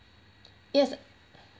yes